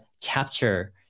capture